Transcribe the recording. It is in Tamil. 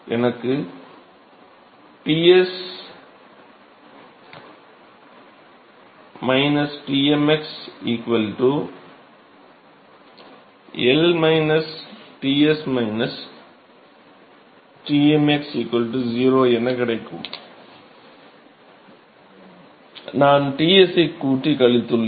எனக்கு Ts Tmx L Ts Tm x 0 என கிடைக்கும் நான் Ts ஐ கூட்டி கழித்துள்ளேன்